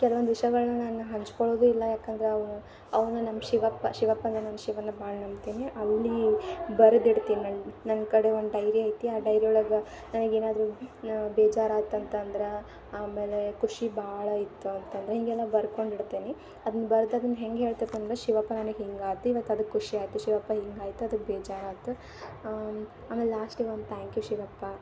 ಕೆಲ್ವೊಂದು ವಿಷ್ಯಗಳನ್ನ ನಾನು ಹಂಚ್ಕೋಳ್ಳೋದೂ ಇಲ್ಲ ಯಾಕಂದ್ರೆ ಅವು ಅವನ್ನ ನಮ್ಮ ಶಿವಪ್ಪ ಶಿವಪ್ಪ ಅಂದರೆ ನಮ್ಮ ಶಿವನನ್ನ ಭಾಳ ನಂಬ್ತೀನಿ ಅಲ್ಲಿ ಬರದಿಡ್ತೀನಿ ನನ್ನ ನನ್ನ ಕಡೆ ಒಂದು ಡೈರಿ ಐತಿ ಆ ಡೈರಿ ಒಳಗೆ ನನಗೆ ಏನಾದರೂ ಬೇಜಾರಾತು ಅಂತಂದ್ರೆ ಆಮೇಲೆ ಖುಷಿ ಭಾಳ ಇತ್ತು ಅಂತಂದ್ರೆ ಹೀಗೆಲ್ಲ ಬರ್ಕೊಂಡು ಇಡ್ತೇನೆ ಅದ್ನ ಬರ್ದು ಅದ್ನ ಹೆಂಗೆ ಹೇಳ್ತಿರ್ತೇನೆ ಅಂದ್ರೆ ಶಿವಪ್ಪ ನನಗೆ ಹಿಂಗಾತು ಇವತ್ತು ಅದಕ್ಕೆ ಖುಷಿ ಆಯಿತು ಶಿವಪ್ಪ ಹಿಂಗಾಯ್ತು ಅದಕ್ಕೆ ಬೇಜಾರಾಯಿತು ಆಮೇಲೆ ಲಾಸ್ಟಿಗೊಂದು ತ್ಯಾಂಕ್ ಯೂ ಶಿವಪ್ಪ